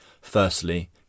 Firstly